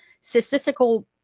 statistical